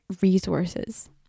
resources